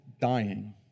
dying